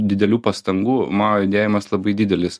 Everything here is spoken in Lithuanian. didelių pastangų mano judėjimas labai didelis